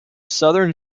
southern